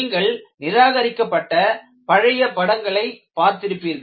நீங்கள் நிராகரிக்கப்பட்ட பழைய படங்களை பார்த்திருப்பீர்கள்